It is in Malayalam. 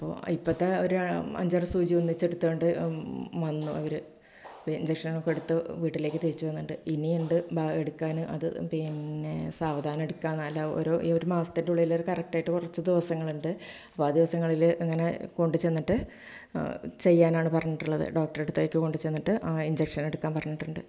അപ്പോൾ ഇപ്പത്തെ ഒരു അഞ്ചാറ് സൂചി ഒന്നിച്ചെടുത്ത് കൊണ്ട് വന്നു അവര് പി ഇന്ജെക്ഷനൊക്കെ എടുത്ത് വീട്ടിലേക്ക് തിരിച്ചു വന്നിട്ട് ഇനിയുണ്ട് ബാ എടുക്കാന് അത് പിന്നെ സാവധാനം എടുക്കാന്നാല്ല ഓരോ ഒരു മാസത്തിന്റെ ഉള്ളില് കറക്റ്റായിട്ട് കുറച്ച് ദിവസങ്ങള്ണ്ട് അപ്പോൾ ആ ദിവസങ്ങളില് ഇങ്ങനെ കൊണ്ടുചെന്നിട്ട് ചെയ്യാനാണ് പറഞ്ഞിട്ടുള്ളത് ഡോക്ടറുടെ അടുത്തേക്ക് കൊണ്ടുചെന്നിട്ട് ഇന്ജെക്ഷനെടുക്കാന് പറഞ്ഞിട്ടുണ്ട്